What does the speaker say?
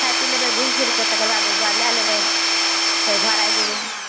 खाइ पी लेबय घुमि फिरके तकर बाद लए लेबय फेर घर आबि जेबय